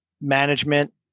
management